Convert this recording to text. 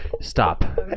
stop